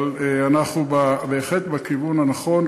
אבל אנחנו בהחלט בכיוון הנכון.